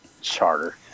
Charter